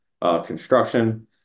construction